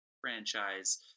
franchise